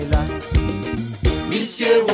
Monsieur